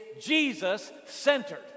Jesus-centered